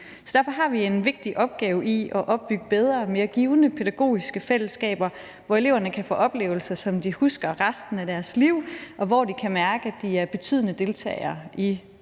Derfor har vi en vigtig opgave i at opbygge bedre og mere givende pædagogiske fællesskaber, hvor eleverne kan få oplevelser, som de husker resten af deres liv, og hvor de kan mærke, at de er betydende deltagere i den